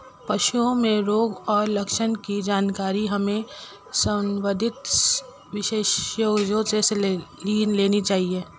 पशुओं में रोग और लक्षण की जानकारी हमें संबंधित विशेषज्ञों से लेनी चाहिए